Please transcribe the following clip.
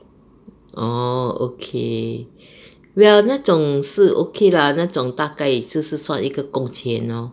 orh okay well 那种是 okay lah 那种大概是是算一个工钱 lor